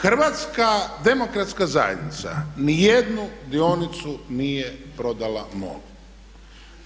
Hrvatska demokratska zajednica ni jednu dionicu nije prodala MOL-u.